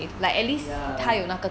ya lah ya lah